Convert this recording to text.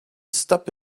stop